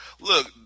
look